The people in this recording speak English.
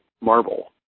marble